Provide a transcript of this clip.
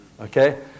Okay